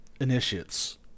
initiates